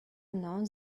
mną